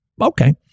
Okay